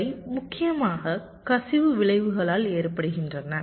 இவை முக்கியமாக கசிவு விளைவுகளால் ஏற்படுகின்றன